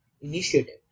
initiative